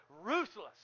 ruthless